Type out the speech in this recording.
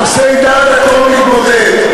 נושאי דת, הכול מתמוטט.